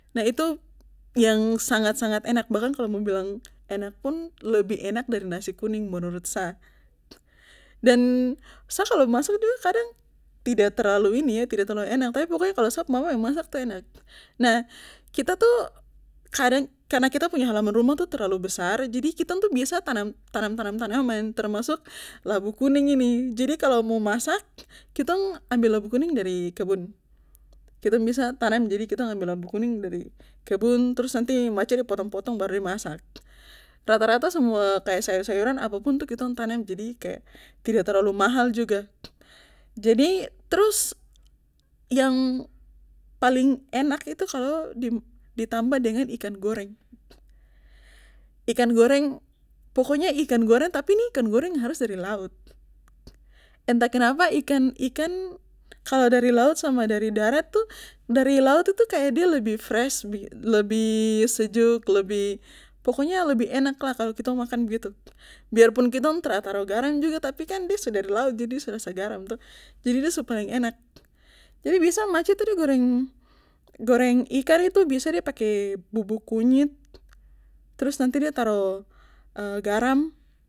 Nah itu yang sangat sangat enak bahkan kalo mo bilang enakpun lebih enak dari nasi kuning menurut sa dan sa kalo memasak tuh kadang tidak ini tidak terlalu enak tapi pokoknya kalo sa pu mama yang masak tuh yang enak nah kita tuh karna kita punya halaman rumah tuh terlalu besar jadi kitong tuh biasa tuh tanam tanam tanaman termasuk labu kuning nih jadi kalo mo masak kitong ambil labu kuning dari kebun kita biasa tanam jadi kita ambil labu kuning dari kebun trus nanti mace de potong potong baru de masak rata rata semua kaya sayur sayuran apapun itu kitong tanam jadi kaya tidak terlalu mahal juga jadi trus yang paling enak itu kalo ditambah dengan ikan goreng ikan goreng tapi ini ikan goreng yang harus dari laut entah kenapa ikan ikan kalo dari laut sama dari darat tuh dari laut itu kaya de lebih fresh begitu lebih sejuk lebih lebih pokonya lebih enaklah kalo kitong makan begitu biarpun kitong tra taruh garam juga tapikan de su dari laut jadi de su rasa garam toh jadi de su paling enak jadi biasa mace tuh de goreng goreng ikan tuh biasa de pake bubuk kunyit trus nanti de taro garam